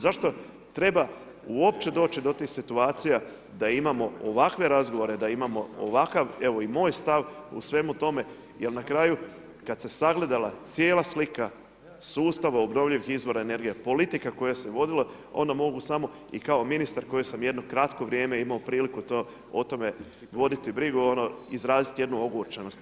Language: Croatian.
Zašto treba uopće doći do tih situacija da imamo ovakve razgovore, da imamo ovakav, evo i moj stav u svemu tome, jer na kraju kada se sagledala cijela slika sustava obnovljivih izvora energije, politika koja se vodila, onda mogu samo i kao ministar koji sam jedno kratko vrijeme imao priliku o tome voditi brigu, izraziti jednu ogorčenost.